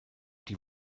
die